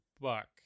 Buck